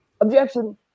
objection